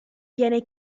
viene